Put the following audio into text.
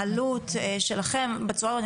להתנהלות שלכם בצורה הזאת,